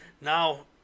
Now